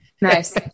Nice